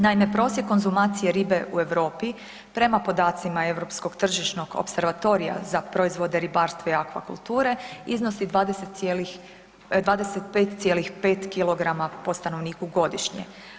Naime, prosjek konzumacije ribe u Europi prema podacima Europskog tržišnog opservatorija za proizvode ribarstva i akvakulture iznosi 25,5 kg po stanovniku godišnje.